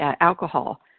alcohol